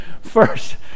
First